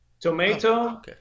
tomato